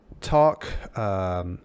Talk